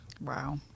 Wow